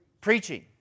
Preaching